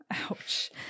Ouch